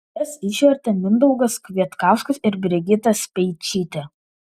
jas išvertė mindaugas kvietkauskas ir brigita speičytė